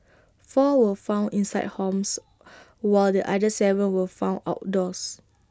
four were found inside homes while the other Seven were found outdoors